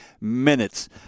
minutes